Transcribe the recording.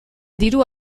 diru